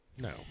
No